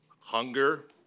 Hunger